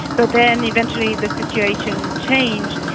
but then eventually the situation changed,